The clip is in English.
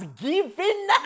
given